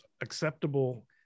acceptable